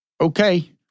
Okay